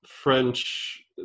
French